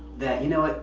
that. you know what,